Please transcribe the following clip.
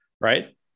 Right